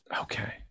okay